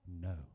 No